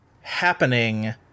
happening